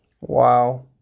Wow